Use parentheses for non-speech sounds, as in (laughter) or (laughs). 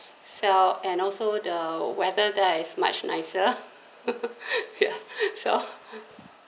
sell and also the weather there is much nicer (laughs) yeah so